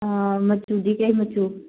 ꯃꯆꯨꯗꯤ ꯀꯩ ꯃꯆꯨ